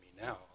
now